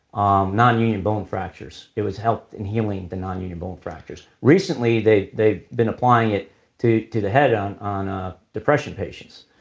um non-union bone fractures. it was help in healing the non-union bone fractures. recently, they've been applying it to to the head on on ah depression patients.